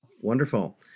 Wonderful